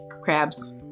Crabs